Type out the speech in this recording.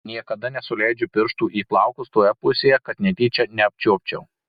niekada nesuleidžiu pirštų į plaukus toje pusėje kad netyčia neapčiuopčiau